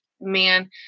man